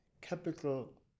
Capital